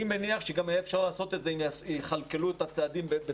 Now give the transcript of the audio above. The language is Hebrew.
אני מניח שאפשר היה לעשות את זה אם יכלכלו את הצעדים בתבונה,